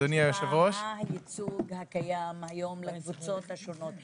אפשר לדעת מה הייצוג הקיים כיום לקבוצות השונות?